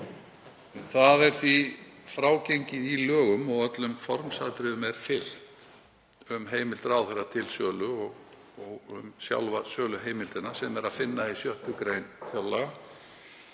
Það er því frágengið í lögum og öllum formsatriðum er fylgt um heimild ráðherra til sölu og sjálfa söluheimildina er að finna í 6. gr. fjárlaga,